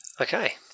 Okay